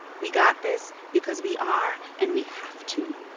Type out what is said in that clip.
we got this, because we are, and we have to.